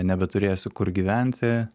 nebeturėsiu kur gyventi